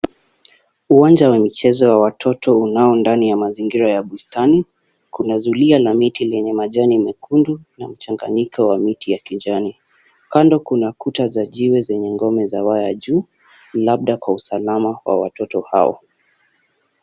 Uwanja wa michezo wa watoto unao ndani ya mzaingira ya bustani, kuna zulia la miti lenye majani mekundu na mchanganyiko wa miti ya kijani. Kando kuna kuta za jiwe zenye ngome za waya juu, labda kwa usalama wa watoto hao.